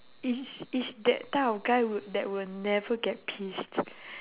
it's it's that type of guy w~ that will never get pissed